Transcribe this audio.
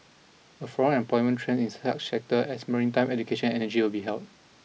a forum employment trend in such sector as maritime education and energy will be held